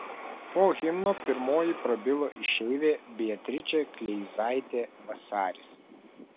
po himno pirmoji prabilo išeivė beatričė kleizaitė vasaris